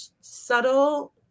subtle